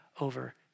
over